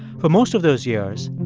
for most of those years,